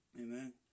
Amen